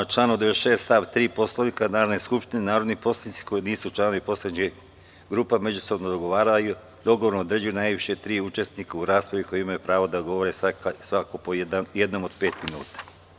Saglasno članu 96. stav 3. Poslovnika Narodne skupštine, narodni poslanici koji nisu članovi poslaničkih grupa međusobno se dogovaraju i dogovorom određuju najviše tri učesnika u raspravi u kojoj imaju pravo da govore svako po jednom od pet minuta.